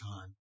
time